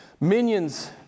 Minions